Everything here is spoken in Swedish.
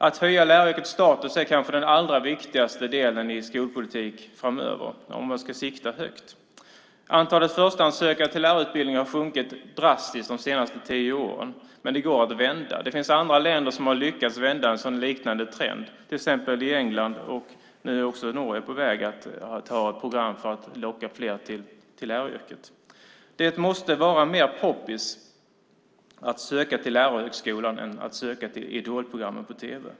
Att höja läraryrkets status är kanske den allra viktigaste delen av skolpolitiken framöver om man ska sikta högt. Antalet förstahandssökande till lärarutbildningen har sjunkit drastiskt de senaste tio åren, men det går att vända. Det finns andra länder som har lyckats vända en sådan liknande trend, till exempel England. Norge är nu också på väg att ha ett program för att locka fler till läraryrket. Det måste vara mer poppis att söka till lärarhögskolan än att söka till Idol på tv.